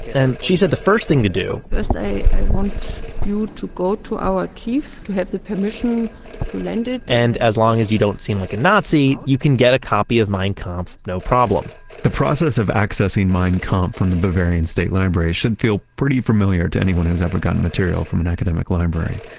and she said the first thing to do, first, i want you to go to our chief to have the permission to lend it and as long as you don't seem like a nazi, you can get a copy of mein kampf, no problem the process of accessing mein kampf from the bavarian state library should feel pretty familiar to anyone who's ever gotten material from an academic library,